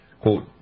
quote